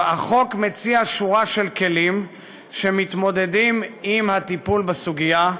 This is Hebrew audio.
החוק מציע שורה של כלים שמתמודדים עם הטיפול בסוגיה,